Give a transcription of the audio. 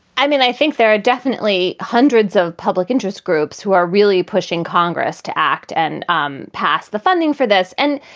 i mean, i think there are definitely hundreds of public interest groups who are really pushing congress to act and um pass the funding for this. and